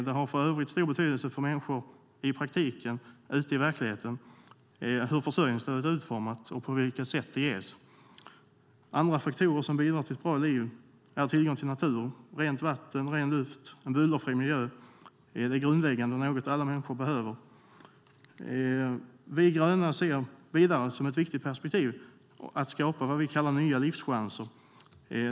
Det har för övrigt stor betydelse för människor i praktiken ute i verkligheten hur försörjningsstödet är utformat, och på vilket sätt det ges. Andra faktorer som bidrar till ett bra liv är tillgång till natur, rent vatten, ren luft och en bullerfri miljö. Det är grundläggande och något alla människor behöver. Vi gröna ser vidare som ett viktigt perspektiv att skapa vad vi kallar nya livschanser.